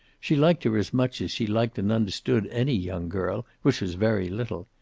she liked her as much as she liked and understood any young girl, which was very little.